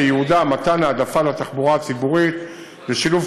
שייעודה מתן העדפה לתחבורה הציבורית ושילוב